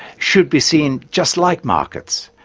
should be seen just like markets,